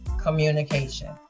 communication